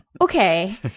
okay